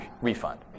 refund